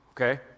okay